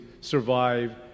survive